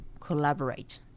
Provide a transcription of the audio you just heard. collaborate